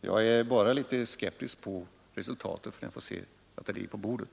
Jag är bara litet skeptisk beträffande resultatet.